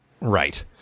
Right